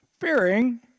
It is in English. fearing